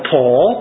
Paul